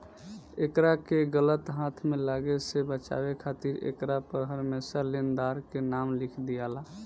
एकरा के गलत हाथ में लागे से बचावे खातिर एकरा पर हरमेशा लेनदार के नाम लिख दियाला